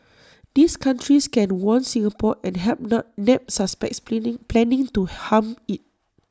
these countries can warn Singapore and help nob nab suspects planning planning to harm IT